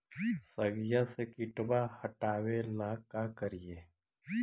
सगिया से किटवा हाटाबेला का कारिये?